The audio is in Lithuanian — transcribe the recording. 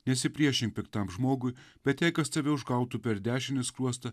nesipriešink piktam žmogui bet jei kas tave užgautų per dešinį skruostą